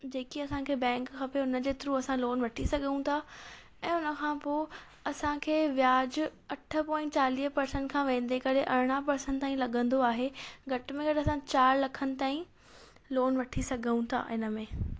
जेकी असांखे बैंक खपे हुनजे थ्रू असां लोन वठी सघूं था ऐं हुनखां पोइ असांखे व्याजु अठ पॉइंट चालीह पर्सेंट खां वेंदे करे अरिड़ाहं पर्सेन्ट ताईं लगंदो आहे घटि में घटि असां चार लखनि ताईं लोन वठी सघूं था इन में